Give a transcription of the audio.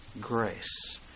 grace